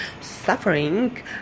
suffering